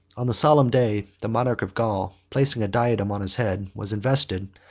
on the solemn day, the monarch of gaul, placing a diadem on his head, was invested,